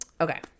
Okay